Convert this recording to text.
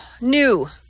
New